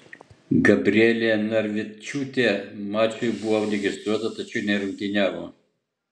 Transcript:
gabrielė narvičiūtė mačui buvo registruota tačiau nerungtyniavo